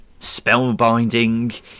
spellbinding